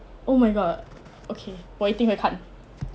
oh my god okay 我一定会看